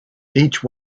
each